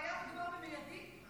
הייתה בעיה ברורה ומיידית,